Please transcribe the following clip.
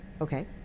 Okay